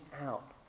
out